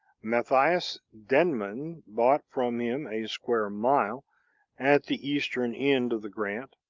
matthias denman bought from him a square mile at the eastern end of the grant,